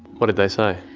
what did they say?